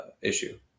issue